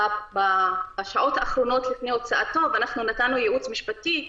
בשעות האחרונות לפני הוצאתו ונתנו ייעוץ משפטי,